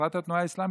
בפרט התנועה האסלאמית,